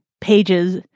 pages